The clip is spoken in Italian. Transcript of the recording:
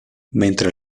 mentre